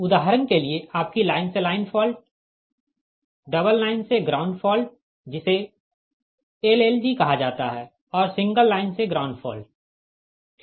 उदाहरण के लिए आपकी लाइन से लाइन फॉल्ट डबल लाइन से ग्राउंड फॉल्ट जिसे L L G कहा जाता है और सिंगल लाइन से ग्राउंड फॉल्ट ठीक